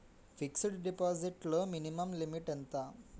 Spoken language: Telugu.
ఫిక్సడ్ డిపాజిట్ లో మినిమం లిమిట్ ఎంత?